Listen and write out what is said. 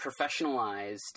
professionalized